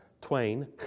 twain